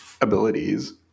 abilities